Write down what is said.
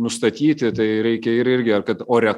nustatyti tai reikia ir irgi ar kad ore